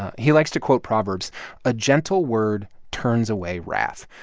he likes to quote proverbs a gentle word turns away wrath.